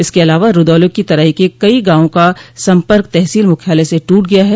इसके अलावा रूदौली की तराई के कई गांवों का सम्पर्क तहसील मुख्यालय से टूट गया है